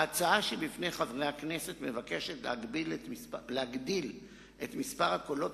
ההצעה שבפני חברי הכנסת מבקשת להגדיל את מספר הקולות